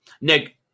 Nick